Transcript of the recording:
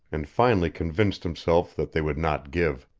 and finally convinced himself that they would not give.